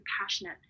passionate